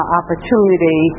opportunity